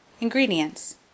Ingredients